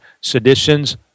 seditions